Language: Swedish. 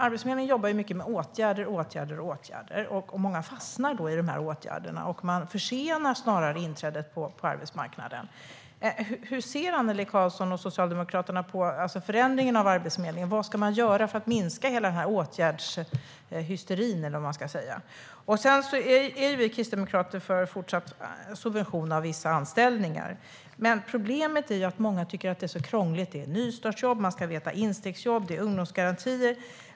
Arbetsförmedlingen jobbar mycket med åtgärder, åtgärder och åtgärder, och många fastnar i åtgärderna. Det försenar snarare inträdet på arbetsmarknaden. Hur ser Annelie Karlsson och Socialdemokraterna på förändringen av Arbetsförmedlingen? Vad ska man göra för att minska hela åtgärdshysterin, eller vad man ska säga? Vi kristdemokrater är för fortsatt subvention av vissa anställningar, men problemet är att många tycker att det är så krångligt. Det är nystartsjobb, instegsjobb och ungdomsgarantier.